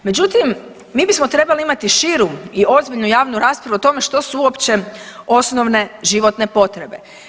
Međutim, mi bismo trebali imati širu i ozbiljnu javnu raspravu o tome što su uopće osnovne životne potrebe.